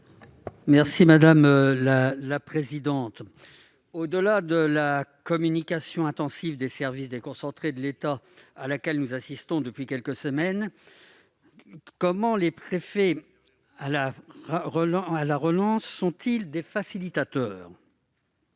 est à M. Yves Détraigne. Au-delà de la communication intensive des services déconcentrés de l'État à laquelle nous assistons depuis quelques semaines, comment les préfets à la relance sont-ils des facilitateurs ?